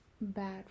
bad